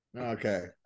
Okay